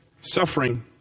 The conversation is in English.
suffering